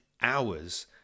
hours